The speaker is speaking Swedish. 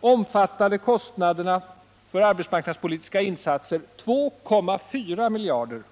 var kostnaderna för arbetsmarknadspolitiska insatser 2,4 miljarder.